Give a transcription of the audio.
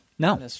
No